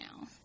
now